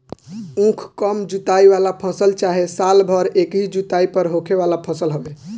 उख कम जुताई वाला फसल चाहे साल भर एकही जुताई पर होखे वाला फसल हवे